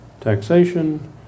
taxation